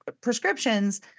prescriptions